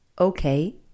okay